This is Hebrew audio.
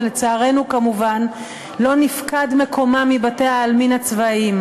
ולצערנו כמובן לא נפקד מקומה מבתי-העלמין הצבאיים.